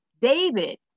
David